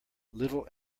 little